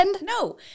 No